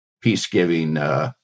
peace-giving